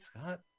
Scott